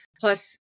Plus